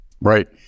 Right